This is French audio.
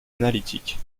analytique